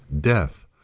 death